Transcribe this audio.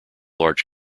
large